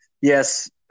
yes